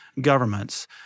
governments